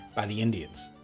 by the indians.